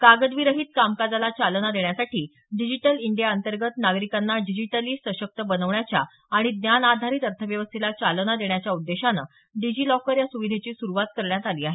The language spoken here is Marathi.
कागदविरहित कामकाजाला चालना देण्यासाठी डिजिटल इंडीया अंतर्गत नागरिकांना डिजिटली सशक्त बनवण्याच्या आणि ज्ञान आधारित अर्थव्यवस्थेला चालना देण्याच्या उद्देशानं डिजीलॉकर या सुविधेची सुरुवात करण्यात आली आहे